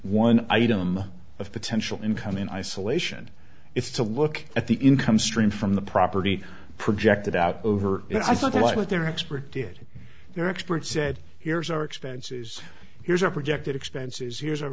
one item of potential income in isolation it's to look at the income stream from the property projected out over you know i think what their expert did their expert said here's our expenses here's our projected expenses here's a